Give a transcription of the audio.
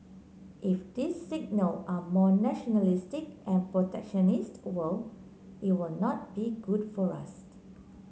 if this signal are more nationalistic and protectionist world it will not be good for us